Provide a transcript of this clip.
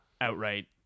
outright